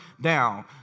down